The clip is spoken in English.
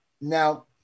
Now